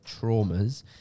traumas